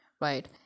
right